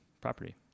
property